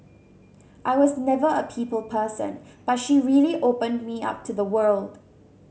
I was never a people person but she really opened me up to the world